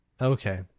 Okay